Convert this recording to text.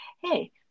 hey